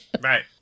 Right